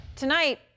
Tonight